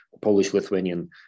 Polish-Lithuanian